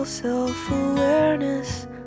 Self-awareness